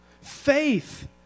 faith